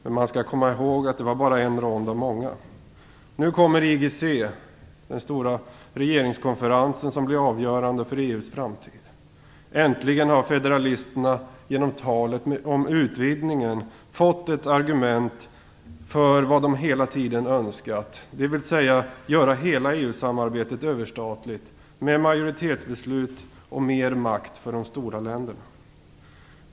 Men man skall komma ihåg att det bara var en rond av många. Nu kommer IGC, den stora regeringskonferensen, som blir avgörande för EU:s framtid. Äntligen har federalisterna genom talet om utvidgningen fått ett argument för vad de hela tiden önskat, dvs. att göra hela EU-samarbetet överstatligt med majoritetsbeslut och mer makt för de stora länderna.